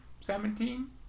Seventeen